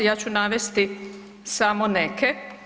Ja ću navesti samo neke.